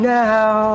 now